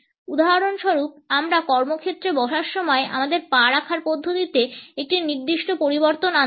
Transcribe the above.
উদাহরণস্বরূপ আমরা কর্মক্ষেত্রে বসার সময় আমাদের পা রাখার পদ্ধতিতে একটি নির্দিষ্ট পরিবর্তন আনতে পারি